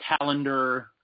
calendar